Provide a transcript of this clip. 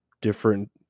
different